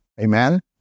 Amen